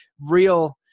real